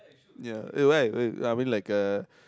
ya eh why I mean like uh